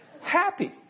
happy